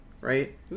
right